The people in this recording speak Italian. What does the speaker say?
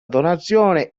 donazione